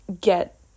get